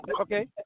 Okay